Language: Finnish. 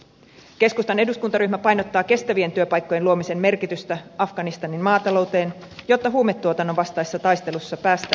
keskustan eduskuntaryhmä painottaa kestävien työpaikkojen luomisen merkitystä afganistanin maatalouteen jotta huumetuotannonvastaisessa taistelussa päästään eteenpäin